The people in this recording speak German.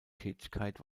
tätigkeit